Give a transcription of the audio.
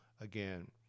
again